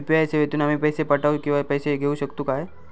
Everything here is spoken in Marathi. यू.पी.आय सेवेतून आम्ही पैसे पाठव किंवा पैसे घेऊ शकतू काय?